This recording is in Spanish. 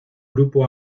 grupo